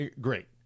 great